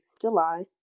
July